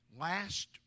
Last